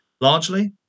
largely